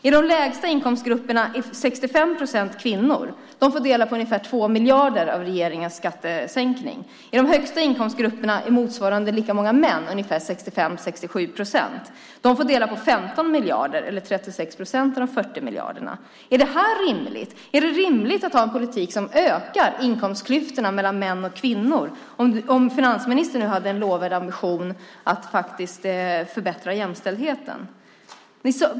I de lägsta inkomstgrupperna är 65 procent kvinnor. De får dela på ungefär 2 miljarder av regeringens skattesänkning. I de högsta inkomstgrupperna är lika många män, ungefär 65-67 procent. De får dela på 15 miljarder, eller 36 procent av de 40 miljarderna. Är det rimligt? Är det rimligt att ha en politik som ökar inkomstklyftorna mellan män och kvinnor, om finansministern nu hade en lovvärd ambition att faktiskt förbättra jämställdheten?